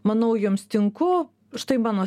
manau jums tinku štai mano